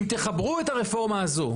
אם תחברו את הרפורמה הזאת,